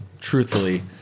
truthfully